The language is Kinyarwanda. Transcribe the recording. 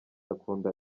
akunda